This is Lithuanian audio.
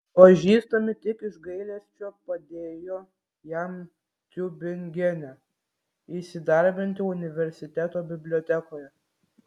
pažįstami tik iš gailesčio padėjo jam tiubingene įsidarbinti universiteto bibliotekoje